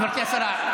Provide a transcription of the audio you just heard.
גברתי השרה,